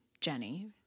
Jenny